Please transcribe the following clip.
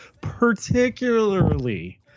Particularly